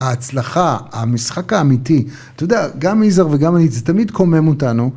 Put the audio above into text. ההצלחה, המשחק האמיתי, אתה יודע, גם יזהר וגם אני, זה תמיד קומם אותנו.